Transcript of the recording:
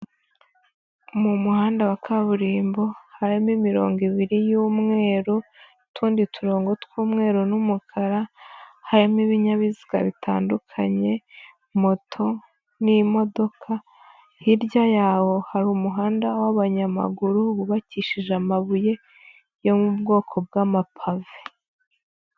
Mu muhanda wa kaburimbo, harimo imirongo ibiri y'u umwe n'utundi turongo tw'umweru n'umukara, harimo ibinyabiziga bitandukanye, moto n'imodoka, hirya yawo hari umuhanda w'abanyamaguru, bubakishije amabuye yo mu bwoko bw'amapave.